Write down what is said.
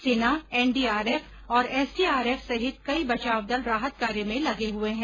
सेना एनडीआरएफ और एसडीआरएफ सहित कई बचाव दल राहत कार्य में लगे हुए है